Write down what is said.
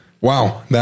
Wow